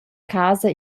casa